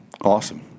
Awesome